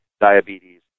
diabetes